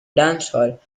dancehall